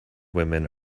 women